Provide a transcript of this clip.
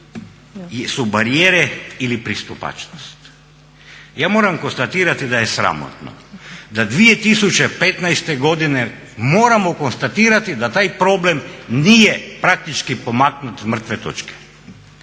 su barijere ili pristupačnost. Ja moram konstatirati da je sramotno da 2015. godine moramo konstatirati da taj problem nije praktički pomaknut s mrtve točke.